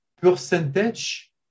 percentage